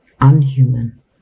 unhuman